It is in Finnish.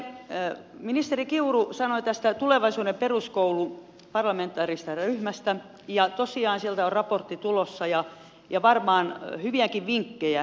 sitten ministeri kiuru sanoi tästä tulevaisuuden peruskoulu parlamentaarisesta ryhmästä ja tosiaan sieltä on raportti tulossa ja varmaankin hyviäkin vinkkejä